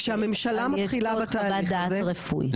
כשממשלה מתחילה בתהליך רפואי.